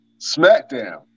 SmackDown